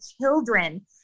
children